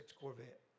Corvette